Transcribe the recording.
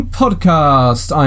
podcast